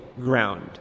ground